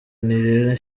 nirere